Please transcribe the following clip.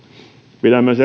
pidän myös